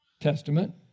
Testament